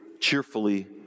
cheerfully